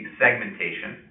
segmentation